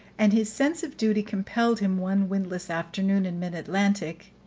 and his sense of duty compelled him, one windless afternoon, in mid-atlantic,